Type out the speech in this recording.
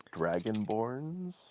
dragonborns